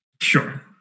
Sure